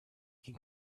can